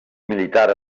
militar